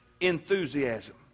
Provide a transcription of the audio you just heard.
Enthusiasm